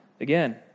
again